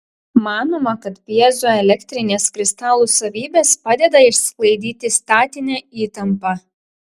manoma kad pjezoelektrinės kristalų savybės padeda išsklaidyti statinę įtampą